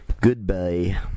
goodbye